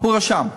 הוא רשם,